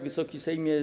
Wysoki Sejmie!